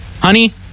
Honey